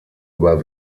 über